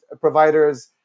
providers